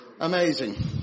Amazing